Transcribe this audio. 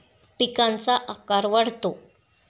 पिकांचा आकार वाढतो